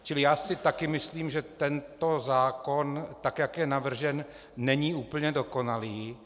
Čili si taky myslím, že tento zákon, tak jak je navržen, není úplně dokonalý.